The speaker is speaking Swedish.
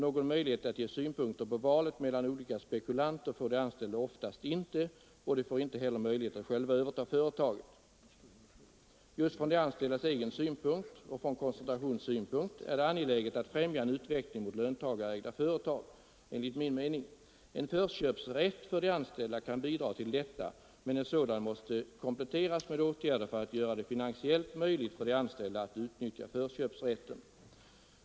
Någon möjlighet att ge synpunkter på valet mellan olika spekulanter får de anställda oftast inte, och de får inte heller möjlighet att själva överta företaget. Just från de anställdas egen synpunkt och från koncentrationssynpunkt är det enligt min mening angeläget att främja en utveckling mot löntagarägda företag. En förköpsrätt för de anställda kan bidra till detta, men en sådan måste givetvis kompletteras med åtgärder som gör det finansiellt möjligt för de anställda att utnyttja förköpsrätten.